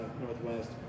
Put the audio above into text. Northwest